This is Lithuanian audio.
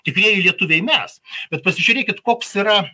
tikrieji lietuviai mes bet pasižiūrėkit koks yra